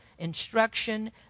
instruction